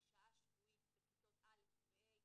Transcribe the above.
שזה שעה שבועית בכיתות א' ו-ה',